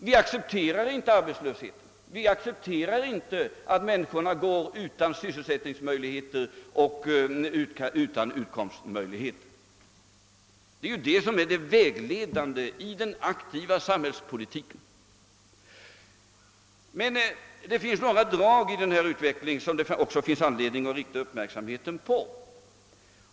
Vi accepterar inte arbetslöshet, vi accepterar inte att människorna går utan sysselsättningsoch utkomstmöjligheter — det är detta som är det vägledande i den aktiva samhällspolitiken. Men det finns många drag i utvecklingen som vi har anledning att rikta uppmärksamheten mot.